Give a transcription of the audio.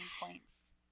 points